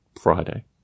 Friday